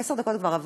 עשר דקות כבר עברו?